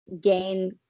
gain